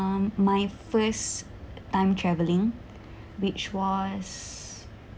um my first time traveling which was